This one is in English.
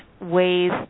ways